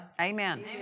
Amen